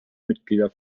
mitglieder